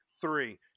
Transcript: three